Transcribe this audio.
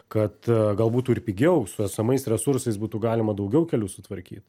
kad gal būtų ir pigiau su esamais resursais būtų galima daugiau kelių sutvarkyt